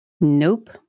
Nope